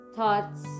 Thoughts